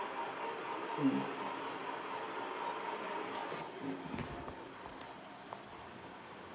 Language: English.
mm